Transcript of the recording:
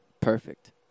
perfect